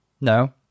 No